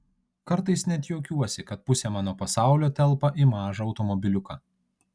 kartais net juokiuosi kad pusė mano pasaulio telpa į mažą automobiliuką